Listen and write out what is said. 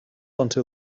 until